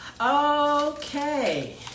Okay